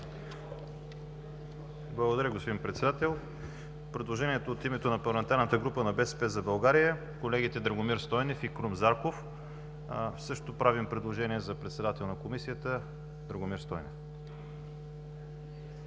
Благодаря, господин Председател. Предложението от името на Парламентарната група на БСП за България – колегите Драгомир Стойнев и Крум Зарков. Също така правим предложение за председател на Комисията – Драгомир Стойнев.